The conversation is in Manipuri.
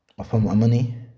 ꯃꯐꯝ ꯑꯃꯅꯤ